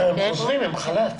עובדים עם חל"ת.